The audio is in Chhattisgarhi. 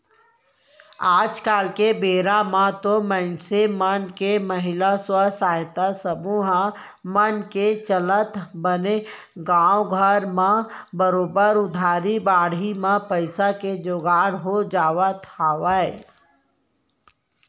आज के बेरा म तो मनसे मन के महिला स्व सहायता समूह मन के चलत बने गाँवे घर म बरोबर उधारी बाड़ही म पइसा के जुगाड़ हो जावत हवय